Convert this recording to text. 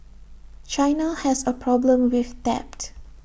China has A problem with debt